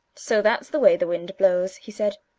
so that's the way the wind blows! he said.